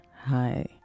Hi